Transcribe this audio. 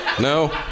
No